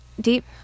deep